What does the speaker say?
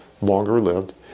longer-lived